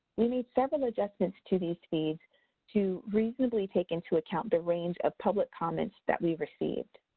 we made several adjustments to these fees to reasonably take into account the range of public comments that we received.